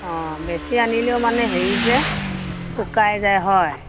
অ বেছি আনিলেও মানে হেৰি যে শুকাই যায় হয়